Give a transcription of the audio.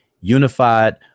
unified